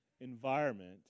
environment